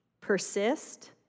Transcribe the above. persist